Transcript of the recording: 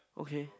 okay